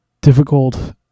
difficult